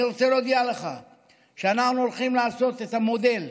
אני רוצה להודיע לך שאנחנו הולכים לעשות את המודל.